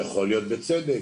ויכול להיות בצדק,